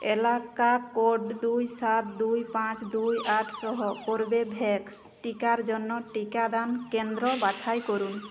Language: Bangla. এলাকা কোড দুই সাত দুই পাঁচ দুই আটসহ কর্বেভ্যাক্স টিকার জন্য টিকাদান কেন্দ্র বাছাই করুন